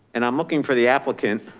and i'm looking for the applicant.